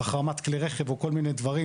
בסוף, החרמת כלי רכב או כל מיני דברים,